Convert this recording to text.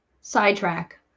sidetrack